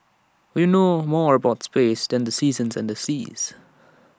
we know more about space than the seasons and the seas